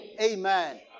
Amen